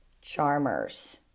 charmers